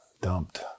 dumped